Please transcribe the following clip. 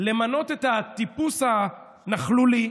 למנות את הטיפוס הנכלולי,